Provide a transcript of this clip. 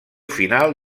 final